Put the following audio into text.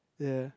ya